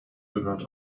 gehört